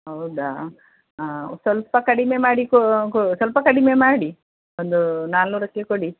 ಹೌದಾ ಸ್ವಲ್ಪ ಕಡಿಮೆ ಮಾಡಿ ಕೋ ಕೋ ಸ್ವಲ್ಪ ಕಡಿಮೆ ಮಾಡಿ ಒಂದು ನಾನೂರಕ್ಕೆ ಕೊಡಿ